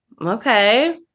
Okay